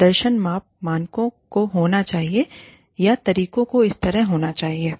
प्रदर्शन माप मानकों को होना चाहिए या तरीकों को इस तरह होना चाहिए